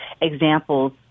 examples